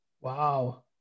Wow